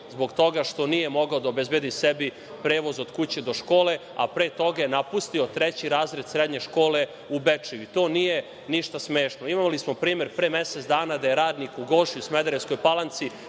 zbog toga što nije mogao da obezbedi sebi prevoz od kuće do škole, a pre toga je napustio treći razred srednje škole u Bečeju. To nije ništa smešno. Imali smo primer pre mesec dana da je radnik u „Goši“, u Smederevskoj Palanci,